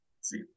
See